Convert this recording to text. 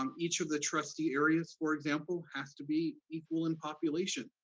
um each of the trustee areas, for example, has to be equal in population.